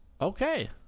Okay